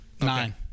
Nine